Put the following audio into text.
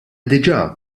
diġà